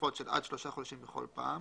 נוספות של עד שלושה חודשים בכל פעם,